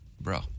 bro